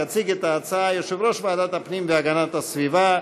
יציג את ההצעה יושב-ראש ועדת הפנים והגנת הסביבה,